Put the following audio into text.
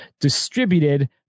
distributed